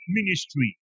ministry